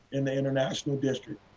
and the international district.